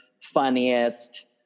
funniest